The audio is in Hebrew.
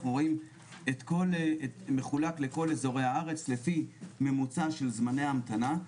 אנחנו רואים שזה מחולק לאזורי הארץ לפי ממוצע של זמני המתנה.